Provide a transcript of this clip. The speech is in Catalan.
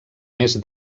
més